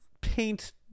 paint